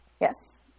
Yes